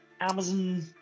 Amazon